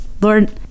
Lord